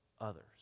others